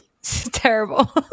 Terrible